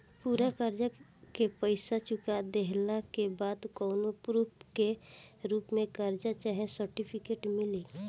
पूरा कर्जा के पईसा चुका देहला के बाद कौनो प्रूफ के रूप में कागज चाहे सर्टिफिकेट मिली?